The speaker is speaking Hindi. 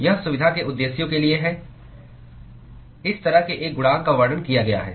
यह सुविधा के उद्देश्यों के लिए है इस तरह के एक गुणांक का वर्णन किया गया है